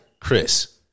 Chris